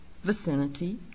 vicinity